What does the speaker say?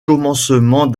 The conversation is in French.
commencements